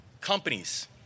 companies